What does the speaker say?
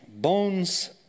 bones